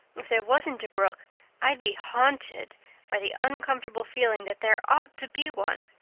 if there wasn't a brook i'd be haunted by the uncomfortable feeling that there ought to be one.